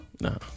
No